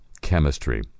chemistry